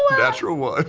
natural one. ah